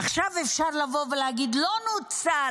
עכשיו אפשר לבוא ולהגיד: התקציב לא נוצל.